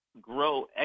grow